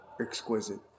exquisite